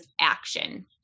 action